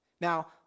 Now